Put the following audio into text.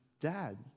dad